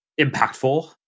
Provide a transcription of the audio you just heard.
impactful